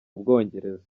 bwongereza